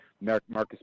Marcus